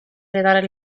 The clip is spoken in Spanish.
heredar